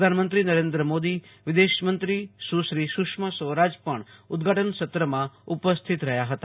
પ્રધાનમંત્રી નરેન્દ્ર મોદી વિદેશ મંત્રી સુશ્રી સુષ્મા સ્વરાજ પણ ઉદઘાટન સત્રમાં ઉપસ્થિત રહ્યા હતા